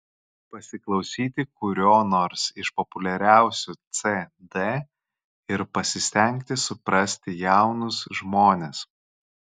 pasiklausyti kurio nors iš populiariausių cd ir pasistengti suprasti jaunus žmones